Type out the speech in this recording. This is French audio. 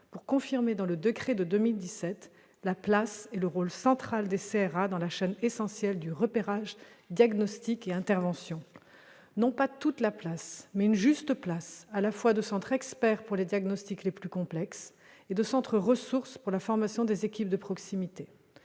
pour confirmer, dans le décret de 2017, la place et le rôle central des CRA dans la chaîne repérage, diagnostic et intervention. Non pas toute la place, mais une juste place en tant que centre expert, pour les diagnostics les plus complexes, et centre ressources, pour la formation des équipes de proximité.